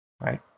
right